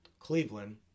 Cleveland